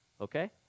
okay